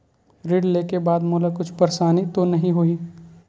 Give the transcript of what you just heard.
ऋण लेके बाद मोला कुछु परेशानी तो नहीं होही?